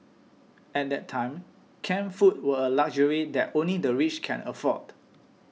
at that time canned foods were a luxury that only the rich could afford